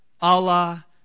Allah